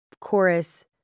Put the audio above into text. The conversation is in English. chorus